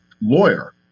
lawyer